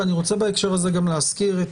ואני רוצה בהקשר הזה גם להזכיר את